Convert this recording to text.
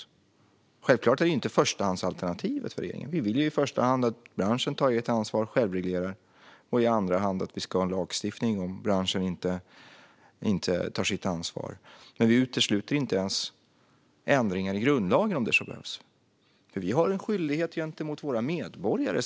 Självklart är det inte förstahandsalternativet för regeringen. Vi vill i första hand att branschen tar eget ansvar och självreglerar och i andra hand att vi ska ha en lagstiftning om branschen inte tar sitt ansvar. Men vi utesluter inte ens ändringar i grundlagen om så behövs. Vi har en skyldighet gentemot våra medborgare.